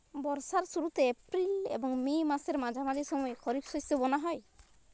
বর্ষার শুরুতে এপ্রিল এবং মে মাসের মাঝামাঝি সময়ে খরিপ শস্য বোনা হয়